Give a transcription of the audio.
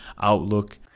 outlook